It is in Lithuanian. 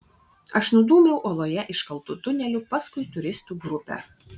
aš nudūmiau uoloje iškaltu tuneliu paskui turistų grupę